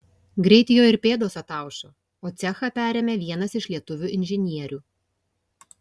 greit jo ir pėdos ataušo o cechą perėmė vienas iš lietuvių inžinierių